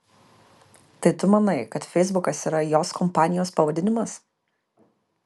tai tu manai kad feisbukas yra jos kompanijos pavadinimas